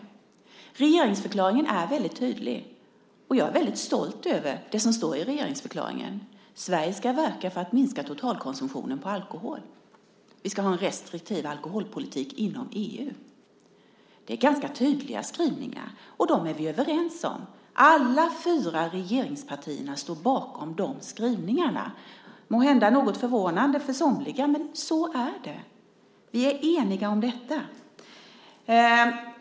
Regeringsförklaringen är väldigt tydlig, och jag är väldigt stolt över det som står i regeringsförklaringen. Sverige ska verka för att minska totalkonsumtionen av alkohol. Vi ska ha en restriktiv alkoholpolitik inom EU. Det är ganska tydliga skrivningar, och dem är vi överens om. Alla fyra regeringspartier står bakom de skrivningarna, måhända något förvånande för somliga, men så är det. Vi är eniga om detta.